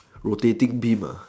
rotating beam